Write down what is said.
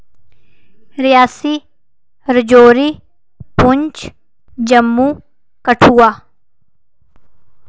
Reasi Rajouri Poonch Jammu Kathua